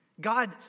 God